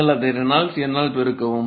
நீங்கள் அதை ரெனால்ட்ஸ் எண்ணால் பெருக்கவும்